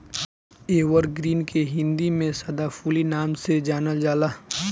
evergreen के हिंदी में सदाफुली नाम से जानल जाला